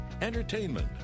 Entertainment